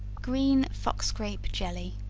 green fox-grape jelly.